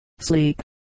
sleep